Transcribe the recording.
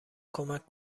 کمک